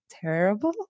terrible